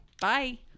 Bye